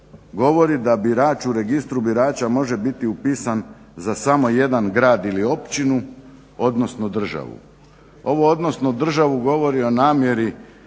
govori da birač u registru birača može biti upisan za samo jedan grad ili općinu odnosno državu. Ovo odnosno državu govori o namjeri